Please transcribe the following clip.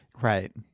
Right